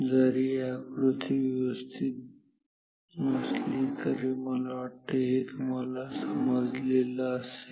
जरी आकृती व्यवस्थित नसली तरी मला वाटते हे तुम्हाला समजलं असेल